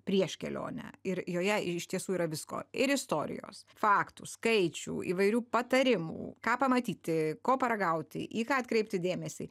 prieš kelionę ir joje iš tiesų yra visko ir istorijos faktų skaičių įvairių patarimų ką pamatyti ko paragauti į ką atkreipti dėmesį